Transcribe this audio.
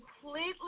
completely